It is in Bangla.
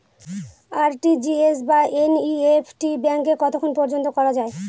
আর.টি.জি.এস বা এন.ই.এফ.টি ব্যাংকে কতক্ষণ পর্যন্ত করা যায়?